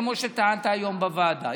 כמו שטענת היום בוועדה.